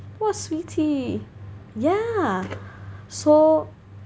what a sweetie ya so